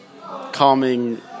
Calming